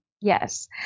Yes